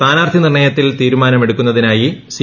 സ്ഥാനാർത്ഥി നിർണ്ണയത്തിൽ തീരുമാനമെടുക്കുന്നതിനായി സി